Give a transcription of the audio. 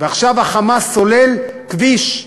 ועכשיו ה"חמאס" סולל כביש,